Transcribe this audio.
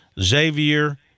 Xavier